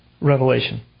revelation